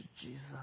Jesus